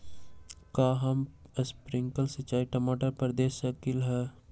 का हम स्प्रिंकल सिंचाई टमाटर पर दे सकली ह?